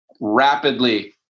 rapidly